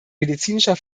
medizinischer